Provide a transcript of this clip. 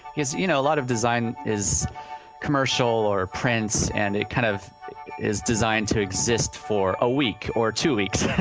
because, you know, a lot of design is commercial or prints and it kind of is designed to exist for a week or two weeks,